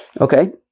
Okay